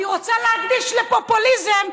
אני רוצה להקדיש לפופוליזם,